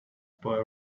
boy